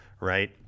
right